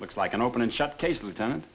looks like an open and shut case lieutenant